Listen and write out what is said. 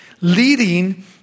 leading